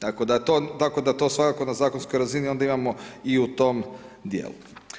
Tako da to svakako na zakonskoj razini onda imao i u tom dijelu.